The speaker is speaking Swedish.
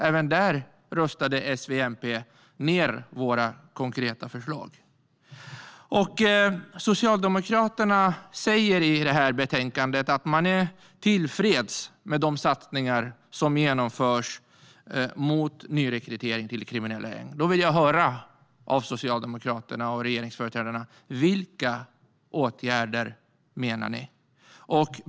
Även där röstade S, V och MP ned våra konkreta förslag. Socialdemokraterna säger i betänkandet att de är tillfreds med de satsningar som genomförs mot nyrekrytering till kriminella gäng. Jag vill höra av Socialdemokraterna och regeringsföreträdarna: Vilka åtgärder menar ni?